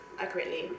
accurately